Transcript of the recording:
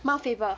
mount faber